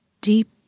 deep